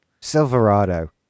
Silverado